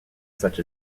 such